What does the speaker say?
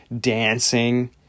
dancing